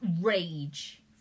rage